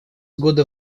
года